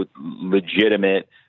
legitimate